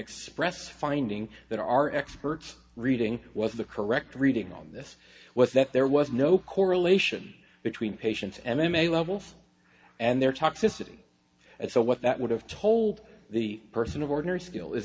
express finding there are experts reading was the correct reading on this was that there was no correlation between patients m m a levels and their talks to city and so what that would have told the person of ordinary skill is